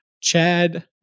Chad